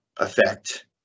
effect